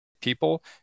People